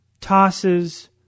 tosses